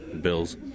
bills